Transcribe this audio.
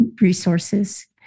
resources